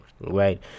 right